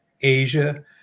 Asia